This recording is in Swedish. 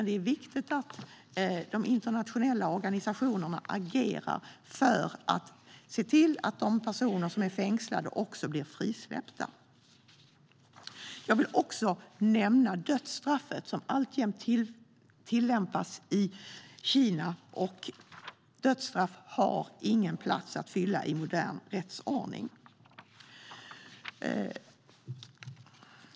Det är viktigt att de internationella organisationerna agerar för att se till att de personer som är fängslade också blir frisläppta. Jag vill också nämna dödsstraffet, som alltjämt tillämpas i Kina. Dödsstraff har ingen plats att fylla i modern rättsordning.